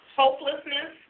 hopelessness